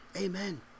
Amen